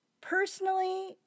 Personally